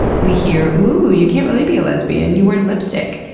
we hear, ooh, you can't really be a lesbian, you wear lipstick.